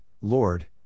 Lord